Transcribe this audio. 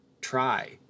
try